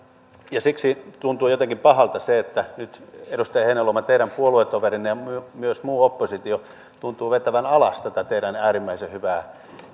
siksi tuntuu jotenkin pahalta se että nyt edustaja heinäluoma teidän puoluetoverinne ja myös muu oppositio tuntuvat vetävän alas tätä teidän äärimmäisen hyvää